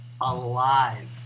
alive